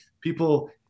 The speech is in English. people